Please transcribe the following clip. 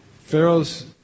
Pharaoh's